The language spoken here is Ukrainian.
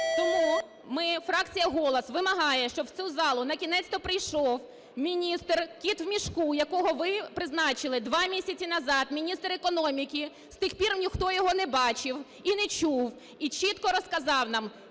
Тому ми, фракція "Голос", вимагаємо, щоб в цю залу накінець-то прийшов міністр, "кіт у мішку", якого ви призначили 2 місяці назад, міністр економіки, з тих пір ніхто його не бачив і не чув, і чітко розказав нам,